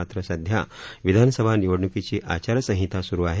मात्र सध्या विधानसभा निवडणूकीची आचार संहिता सुरु आहे